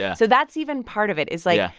yeah so that's even part of it, is like, ah